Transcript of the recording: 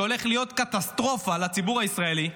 שהולך להיות קטסטרופה לציבור הישראלי,